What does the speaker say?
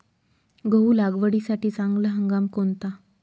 गहू लागवडीसाठी चांगला हंगाम कोणता?